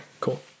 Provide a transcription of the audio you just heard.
cool